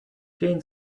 jane